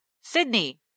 Sydney